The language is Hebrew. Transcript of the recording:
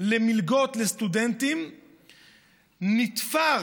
למלגות של סטודנטים נתפרו